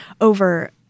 over